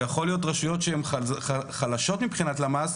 ויכול להיות רשויות שהן חלשות מבחינת למ"ס,